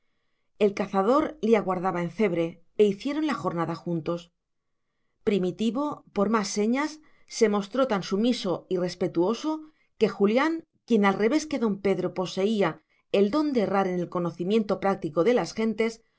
el cazador le aguardaba en cebre e hicieron la jornada juntos primitivo por más señas se mostró tan sumiso y respetuoso que julián quien al revés que don pedro poseía el don de errar en el conocimiento práctico de las gentes